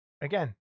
Again